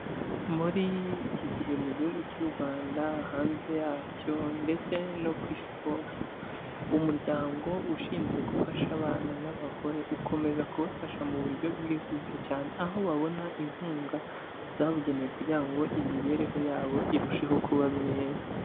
Muri iki gihe mu gihugu cy'u Rwanda, hanze yacyo ndetse no ku Isi hose, umuryango ushinzwe gufasha abana n'abagore ukomeza kubafasha mu buryo bwihuse cyane, aho babona inkunga zabugenewe kugira ngo imibereho yabo irusheho kuba myiza.